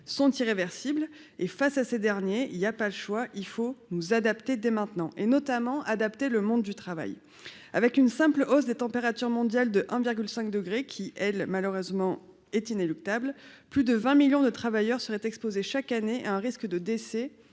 sont irréversibles et face à ces derniers, il y a pas le choix, il faut nous adapter dès maintenant et notamment adapté le monde du travail avec une simple hausse des températures mondiales de 1 virgule 5 degrés qui, elle, malheureusement, est inéluctable, plus de 20 millions de travailleurs seraient exposés chaque année un risque de décès